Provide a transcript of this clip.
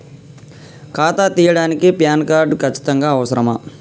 ఖాతా తీయడానికి PAN card ఖచ్చితంగా అవసరమా?